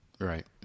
right